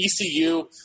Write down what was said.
ECU